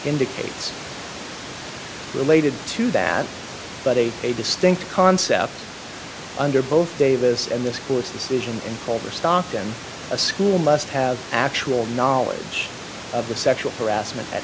indicates related to that but a a distinct concept under both davis and this court's decision in culver stockton a school must have actual knowledge of the sexual harassment